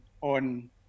on